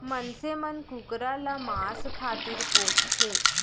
मनसे मन कुकरा ल मांस खातिर पोसथें